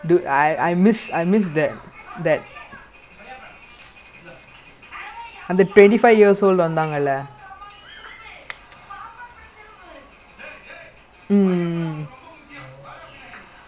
but ya lah honestly like முடுஞ்சுதான வருவ:mudunjuthaana varuva because I need to access also lah because past few matches like I legit whacking lah then like I just make sure I need to exercise so that I will just maintain not like I will gain so much lah but still